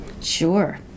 Sure